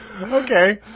Okay